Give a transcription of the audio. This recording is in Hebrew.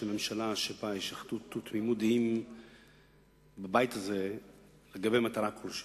ממשלה שבהם יש אחדות ותמימות דעים בבית הזה לגבי מטרה כלשהי.